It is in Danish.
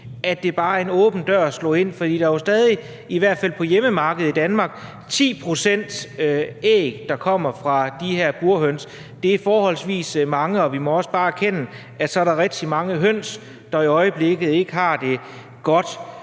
at det bare er at slå en åben dør ind, for der er i hvert fald på hjemmemarkedet i Danmark stadig 10 pct. æg, der kommer fra burhøns. Det er forholdsvis mange, og vi må også bare erkende, at så er der rigtig mange høns, der i øjeblikket ikke har det godt.